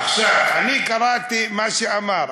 עכשיו, אני קראתי מה שאמר.